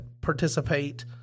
participate